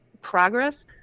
progress